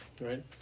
Right